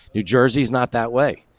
new jersey's not that way.